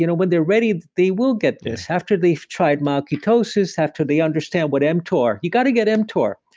you know when they're ready, they will get this after they've tried mayo ketosis have to they understand understand what mtor. you got to get mtor.